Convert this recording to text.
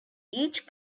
each